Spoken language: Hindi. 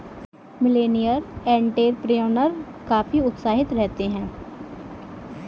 मिलेनियल एंटेरप्रेन्योर काफी उत्साहित रहते हैं